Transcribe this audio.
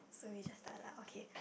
so we just start lah okay